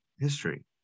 history